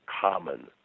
common